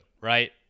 right